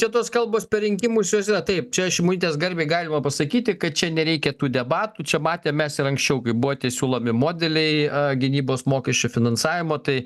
čia tos kalbos per rinkimus jos yra taip čia šimonytės garbei galima pasakyti kad čia nereikia tų debatų čia matėm mes ir anksčiau kai buvo tie siūlomi modeliai gynybos mokesčių finansavimo tai